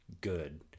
good